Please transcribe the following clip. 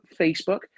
Facebook